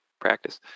practice